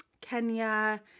Kenya